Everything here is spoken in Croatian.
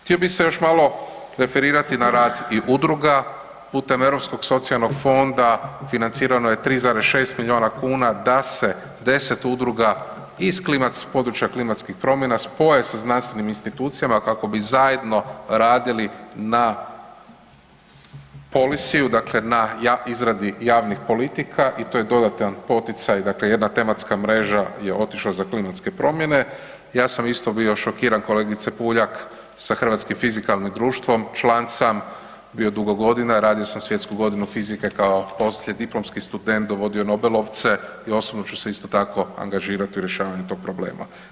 Htio bih se još malo referirati na rad i udruga putem Europskog socijalnog fonda, financirano je 3,6 milijuna kuna da se 10 udruga iz područja klimatskih promjena spoje sa znanstvenim institucijama kako bi zajedno radili na Policyu, dakle na izradi javnih politika i to je dodatan poticaj, dakle jedna tematska mreža je otišla za klimatske promjene, ja sam isto bio šokiran, kolegice Puljak sa Hrvatskim fizikalnim društvom, član sam bio dugo godina, radio sam svjetsku godinu fizike, kao poslijediplomski student dovodio nobelovce i osobno ću se isto tako angažirati u rješavanju tog problema.